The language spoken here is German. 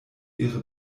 ihre